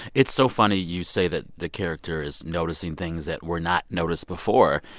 it's so funny you say that the character is noticing things that were not noticed before.